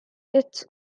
its